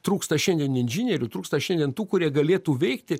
trūksta šiandien inžinierių trūksta šiandien tų kurie galėtų veikti